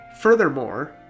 Furthermore